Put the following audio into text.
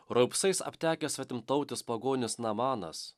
raupsais aptekęs svetimtautis pagonis namanas